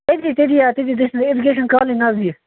تٔتے تٔتے آ تٔتے ایٚجُکیشن کالنی نزدیٖک